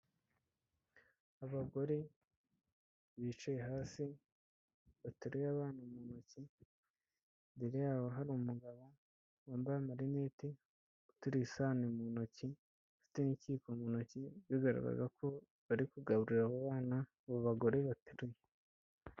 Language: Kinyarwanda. Abagore bicaye hasi, bateruye abana mu ntoki, imbere yabo hari umugabo, wambaye amarinete uteruye isahane mu ntoki afite n'ikiyiko mu ntoki, bigaragaza ko bari kugaburira abo bana, abo bagore bateruye.